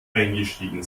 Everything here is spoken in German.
eingestiegen